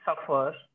suffer